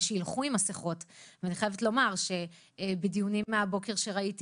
ושילכו עם מסכות ואני חייבת לומר שבדיונים מהבוקר שראיתי,